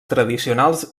tradicionals